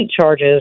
charges